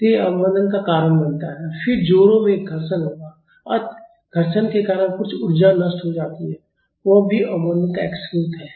तो यह अवमंदन का कारण बनता है और फिर जोड़ों में घर्षण होगा अतः घर्षण के कारण कुछ ऊर्जा नष्ट हो जाती है वह भी अवमंदन का एक स्रोत है